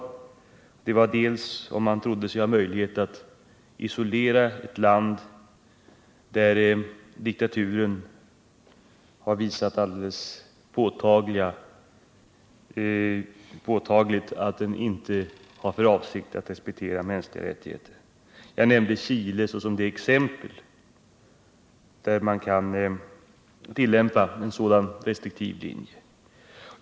E Det ena fallet är om man tror sig kunna isolera ett land där diktaturen alldeles påtagligt har visat att den inte har för avsikt att respektera mänskliga rättigheter. Jag nämnde Chile såsom det exempel där man kan tillämpa en sådan restriktiv linje.